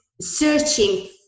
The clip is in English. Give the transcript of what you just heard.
searching